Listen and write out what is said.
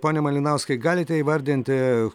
pone malinauskai galite įvardinti